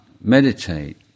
meditate